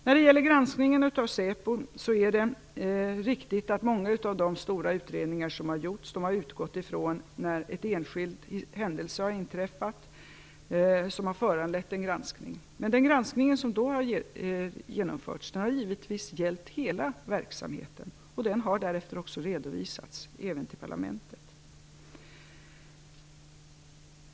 När det gäller granskningen av säpo är det riktigt att många av de stora utredningar som har gjorts har utgått ifrån en enskild händelse. Det har föranlett en granskning. Den granskning som då har genomförts har givetvis gällt hela verksamheten. Den har därefter också redovisats även till parlamentet.